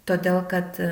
todėl kad